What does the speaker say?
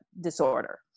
disorder